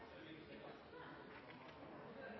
så har vi